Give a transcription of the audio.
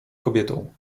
kobietą